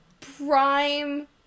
prime